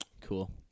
cool